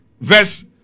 Verse